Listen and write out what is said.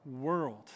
world